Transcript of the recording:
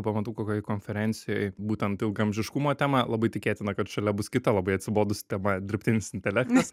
pamatau kokioj konferencijoj būtent ilgaamžiškumo temą labai tikėtina kad šalia bus kita labai atsibodusi tema dirbtinis intelektas